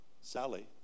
Sally